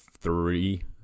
three